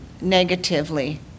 negatively